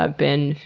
ah been,